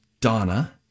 Donna